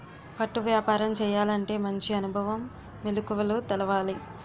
పట్టు వ్యాపారం చేయాలంటే మంచి అనుభవం, మెలకువలు తెలవాలి